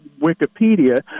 Wikipedia